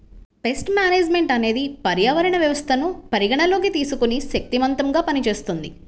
paste management అనేది పర్యావరణ వ్యవస్థను పరిగణలోకి తీసుకొని శక్తిమంతంగా పనిచేస్తుంది